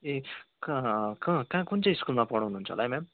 ए कहाँ कुन चाहिँ स्कुलमा पढाउनु हुन्छ होला है म्याम